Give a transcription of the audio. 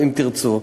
אם תרצו,